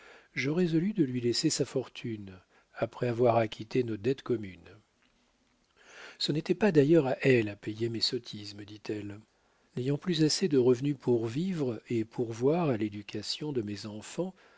je résolus de lui laisser sa fortune après avoir acquitté nos dettes communes ce n'était pas d'ailleurs à elle à payer mes sottises me dit-elle n'ayant plus assez de revenus pour vivre et pourvoir à l'éducation de mes enfants